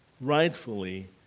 rightfully